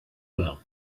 well